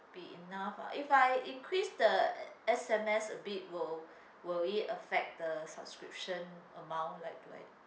be enough ah if I increase the S_M_S a bit will will it affect the subscription amount like do I